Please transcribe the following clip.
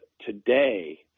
today